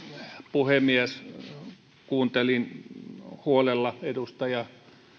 puhemies kuuntelin huolella edustaja